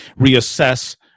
reassess